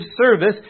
service